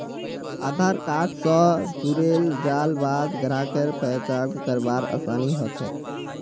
आधार card स जुड़ेल जाल बाद ग्राहकेर पहचान करवार आसानी ह छेक